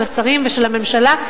של השרים ושל הממשלה,